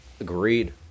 Agreed